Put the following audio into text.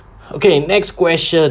okay next question